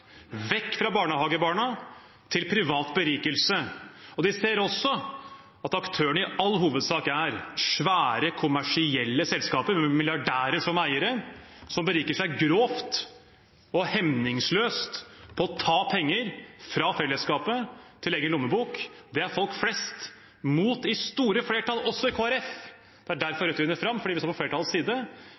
vekk fra barnehagebarna og til privat berikelse. De ser også at aktørene i all hovedsak er svære kommersielle selskaper med milliardærer som eiere, som beriker seg grovt og hemningsløst på å ta penger fra fellesskapet til egen lommebok. Det er folk flest imot, i store flertall, også i Kristelig Folkeparti. Det er derfor Rødt vinner fram, fordi vi står på flertallets side,